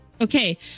Okay